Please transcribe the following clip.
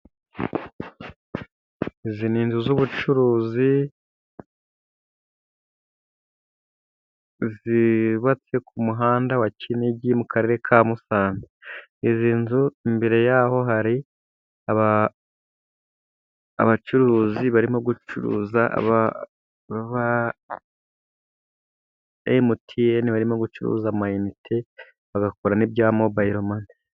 izi n'inzu z'ubucuruzi zubabatse ku muhanda wa kinigi mu karere ka musanze, imbere yaho hari abacuruzi barimo gucuruza mtn barimo gucuruza ama inite bagakora n'ibya mobayiro mani.